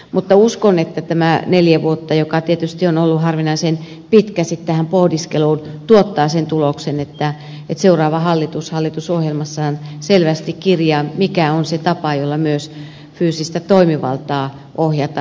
mutta uskon että tämä neljä vuotta joka tietysti on ollut harvinaisen pitkä tähän pohdiskeluun tuottaa sen tuloksen että seuraava hallitus hallitusohjelmassaan selvästi kirjaa mikä on se tapa jolla myös fyysistä toimivaltaa ohjataan